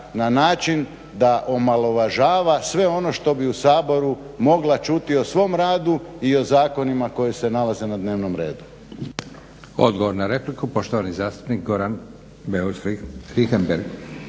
na način da omalovažava sve ono što bi u Saboru mogla čuti o svom radu i o zakonima koji se nalaze na dnevnom redu.